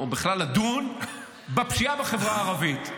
או בכלל לדון בפשיעה בחברה הערבית.